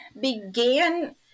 began